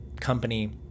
company